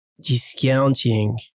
discounting